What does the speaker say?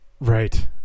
Right